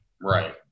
Right